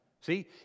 See